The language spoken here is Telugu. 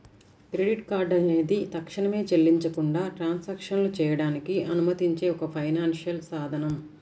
క్రెడిట్ కార్డ్ అనేది తక్షణమే చెల్లించకుండా ట్రాన్సాక్షన్లు చేయడానికి అనుమతించే ఒక ఫైనాన్షియల్ సాధనం